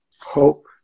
hope